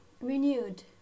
renewed